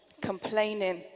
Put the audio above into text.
complaining